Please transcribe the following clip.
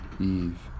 Eve